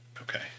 Okay